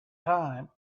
time